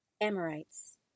Amorites